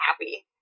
happy